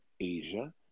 asia